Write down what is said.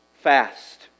fast